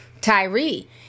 Tyree